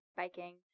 biking